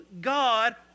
God